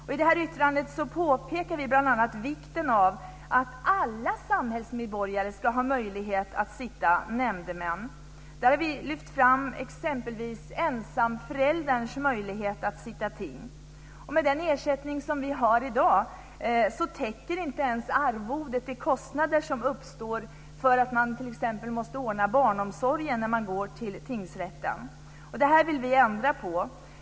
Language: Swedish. I yttrandet påpekar vi bl.a. vikten av att alla samhällsmedborgare ska ha möjlighet att sitta nämndeman. Exempelvis har vi lyft fram ensamförälderns möjlighet att sitta ting. Med den ersättning vi har i dag täcker arvodet inte ens de kostnader som uppstår för t.ex. barnomsorg när man går till tingsrätten. Det här vill vi ändra på.